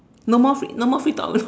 no more free no more free talk you know